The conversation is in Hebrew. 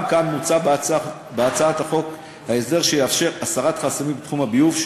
גם כאן מוצע בהצעת החוק ההסדר שיאפשר הסרת חסמים בתחום הביוב,